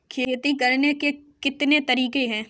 खेती करने के कितने तरीके हैं?